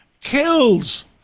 kills